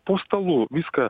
po stalu viską